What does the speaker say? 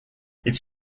its